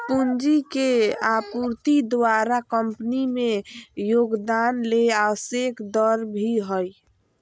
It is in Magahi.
पूंजी के आपूर्ति द्वारा कंपनी में योगदान ले आवश्यक दर भी हइ